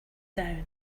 down